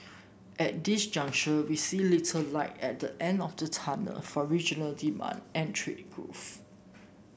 at this juncture we see little light at the end of the tunnel for regional demand and trade growth